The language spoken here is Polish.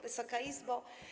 Wysoka Izbo!